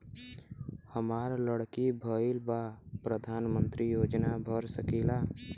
हमार लड़की भईल बा प्रधानमंत्री योजना भर सकीला?